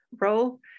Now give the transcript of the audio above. role